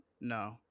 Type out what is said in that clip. no